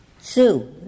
sue